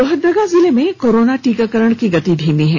लोहरदगा जिले में कोरोना टीकाकरण की गति धीमी है